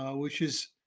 um which is,